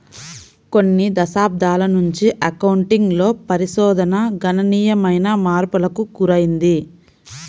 కొన్ని దశాబ్దాల నుంచి అకౌంటింగ్ లో పరిశోధన గణనీయమైన మార్పులకు గురైంది